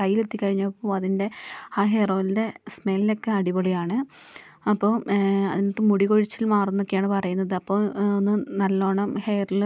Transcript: കയ്യിലെത്തികഴിഞ്ഞപ്പോൾ അതിന്റെ ആ ഹെയറോയിലിന്റെ സ്മെല്ലോക്കെ അടിപൊളിയാണ് അപ്പോൾ അതിനകത്ത് മുടികൊഴിച്ചിൽ മാറുമെന്നൊക്കെയാണ് പറയുന്നത് അപ്പോൾ ഒന്ന് നല്ലവണ്ണം ഹെയറിൽ